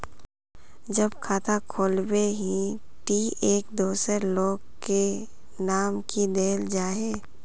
जब खाता खोलबे ही टी एक दोसर लोग के नाम की देल जाए है?